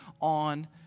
on